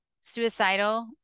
suicidal